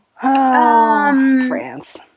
France